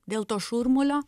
dėl to šurmulio